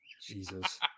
Jesus